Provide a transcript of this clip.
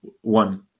one